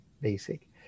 basic